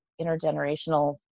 intergenerational